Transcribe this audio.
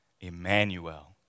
Emmanuel